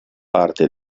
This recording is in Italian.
parte